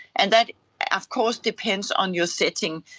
and that of course depends on your setting,